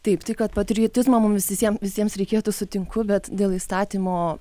taip tai kad patriotizmo mum visiem visiems reikėtų sutinku bet dėl įstatymo